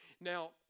Now